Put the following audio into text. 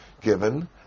given